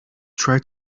try